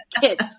kid